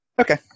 Okay